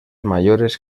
mayores